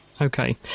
okay